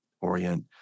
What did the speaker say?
orient